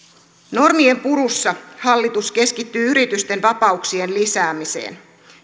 normien purussa hallitus keskittyy yritysten vapauksien lisäämiseen